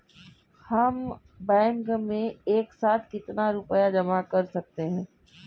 हम बैंक में एक साथ कितना रुपया जमा कर सकते हैं?